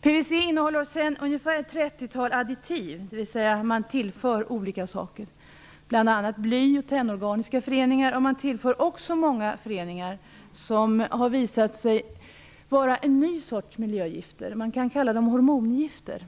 PVC innehåller ett trettiotal additiv, dvs. olika saker tillförs, bl.a. bly och tennorganiska föreningar. Man tillför också många föreningar som har visat sig vara en ny sorts miljögifter. De kan kallas hormongifter.